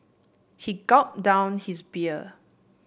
he gulp down his beer